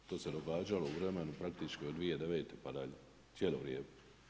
To se događalo u vremenu praktički od 2009. pa dalje, cijelo vrijeme.